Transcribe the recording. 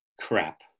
crap